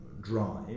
drive